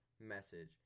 message